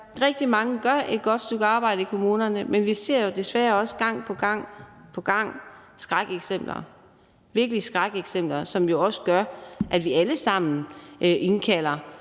Rigtig mange gør et godt stykke arbejde i kommunerne, men vi ser jo desværre også gang på gang skrækeksempler, virkelige skrækeksempler, som gør, at vi alle sammen indkalder